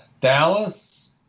Dallas